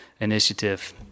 Initiative